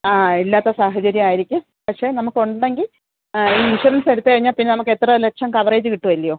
ആ ഇല്ലാത്ത സാഹചര്യമായിരിക്കും പക്ഷേ നമുക്ക് ഉണ്ടെങ്കിൽ ഈ ഇൻഷുറൻസ് എടുത്ത് കഴിഞ്ഞാൽ പിന്നെ നമുക്ക് എത്ര ലക്ഷം കവറേജ് കിട്ടും അല്ല്യോ